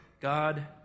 God